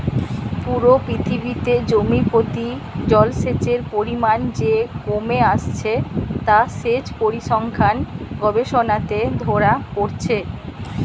পুরো পৃথিবীতে জমি প্রতি জলসেচের পরিমাণ যে কমে আসছে তা সেচ পরিসংখ্যান গবেষণাতে ধোরা পড়ছে